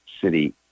city